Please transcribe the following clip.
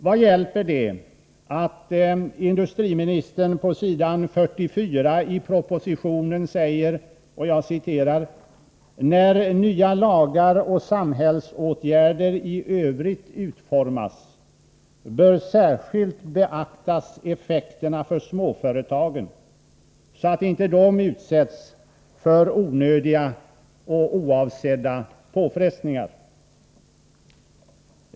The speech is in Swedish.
Vad hjälper det att industriministern på s. 44 i propositionen säger: ”När nya lagar och samhällsåtgärder i övrigt utformas, bör särskilt beaktas effekterna för småföretagen, så att de inte utsätts för onödiga och oavsedda påfrestningar”?